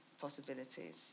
possibilities